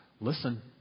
Listen